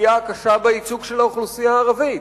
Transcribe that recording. הפגיעה הקשה בייצוג של האוכלוסייה הערבית.